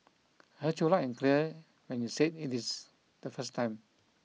heard you loud and clear when you said it is the first time